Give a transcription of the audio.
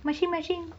washing machine